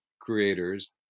creators